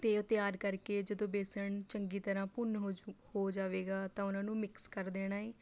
ਅਤੇ ਉਹ ਤਿਆਰ ਕਰ ਕੇ ਜਦੋਂ ਬੇਸਣ ਚੰਗੀ ਤਰ੍ਹਾਂ ਭੁੰਨ ਹੋਜੂ ਹੋ ਜਾਵੇਗਾ ਤਾਂ ਉਹਨਾਂ ਨੂੰ ਮਿਕਸ ਕਰ ਦੇਣਾ ਏ